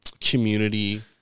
community